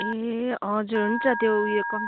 ए हजुर हुन्छ त्यो उयो